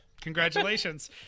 Congratulations